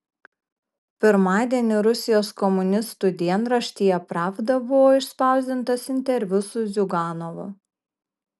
pirmadienį rusijos komunistų dienraštyje pravda buvo išspausdintas interviu su ziuganovu